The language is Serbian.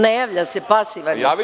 Ne javlja se, pasivan je.